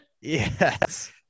Yes